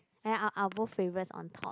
!aiya! our our both favorites on top